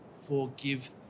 forgive